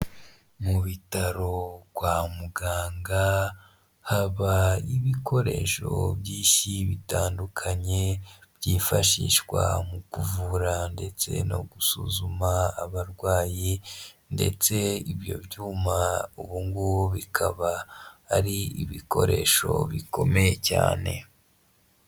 Mu bitaro kwa muganga haba ibikoresho by'isi bitandukanye byifashishwa mu kuvura ndetse no gusuzuma abarwayi ndetse ibyo byuma ubugubu bikaba ari ibikoresho bikomeye cyane.